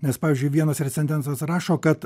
nes pavyzdžiui vienas recenzentas rašo kad